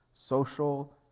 social